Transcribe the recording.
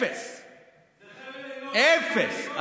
אפס.